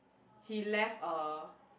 he left a